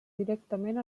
directament